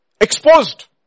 exposed